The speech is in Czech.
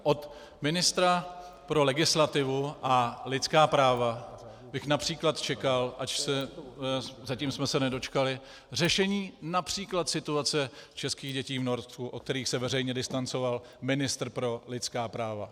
Od ministra pro legislativu a lidská práva bych například čekal, zatím jsme se nedočkali, řešení například situace českých dětí v Norsku, od kterých se veřejně distancoval ministr pro lidská práva.